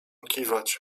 kiwać